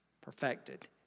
perfected